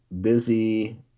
busy